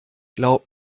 glaub